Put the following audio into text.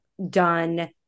done